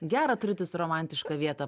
gerą turit jūs romantišką vietą